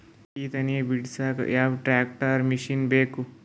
ಮೆಕ್ಕಿ ತನಿ ಬಿಡಸಕ್ ಯಾವ ಟ್ರ್ಯಾಕ್ಟರ್ ಮಶಿನ ಬೇಕು?